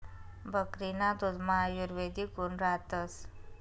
बकरीना दुधमा आयुर्वेदिक गुण रातस